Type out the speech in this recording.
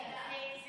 זה ג'